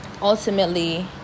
ultimately